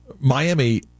Miami